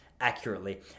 accurately